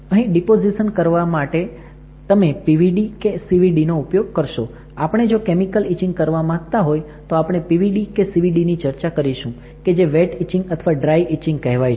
અહીં ડીપોઝીશન માટે તમે PVD કે CVD નો ઉપયોગ કરશો આપણે જો કેમિકલ ઇચિંગ કરવા માંગતા હોય તો આપણે PVD કે CVD ની ચર્ચા કરીશું કે જે વેટ ઇચિંગ અથવા ડ્રાય ઇચિંગ કહેવાય છે